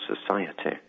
society